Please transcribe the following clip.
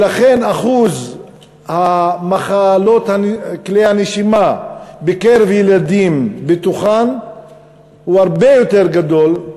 ולכן אחוז מחלות כלי הנשימה בקרב ילדים בתוכם הוא הרבה יותר גדול,